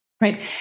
Right